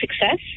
success